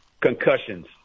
concussions